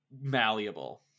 malleable